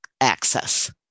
access